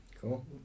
Cool